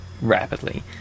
rapidly